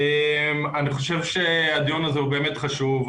אני חושב שהדיון הזה הוא באמת חשוב.